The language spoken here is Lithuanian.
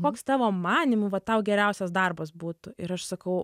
koks tavo manymu va tau geriausias darbas būtų ir aš sakau